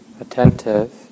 attentive